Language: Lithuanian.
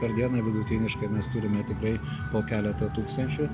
per dieną vidutiniškai mes turime tikrai po keletą tūkstančių